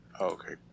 Okay